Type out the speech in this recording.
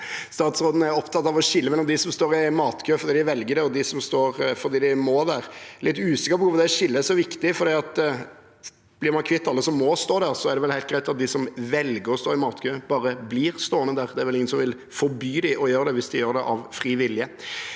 statsråden er opptatt av å skille mellom dem som står i matkø fordi de velger det, og dem som står der fordi de må det. Jeg er litt usikker på om det skillet er så viktig, for blir man kvitt alle som må stå der, er det vel helt greit at de som velger å stå i matkø, bare blir stående der. Det er vel ingen som vil forby dem å gjøre det hvis de gjør det av fri vilje,